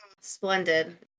Splendid